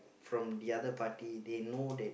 from the other party they know that